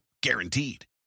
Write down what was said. guaranteed